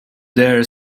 dare